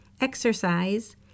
exercise